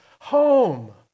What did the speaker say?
Home